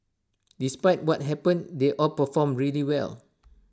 despite what happened they all performed really well